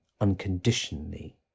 unconditionally